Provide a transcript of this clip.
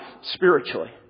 spiritually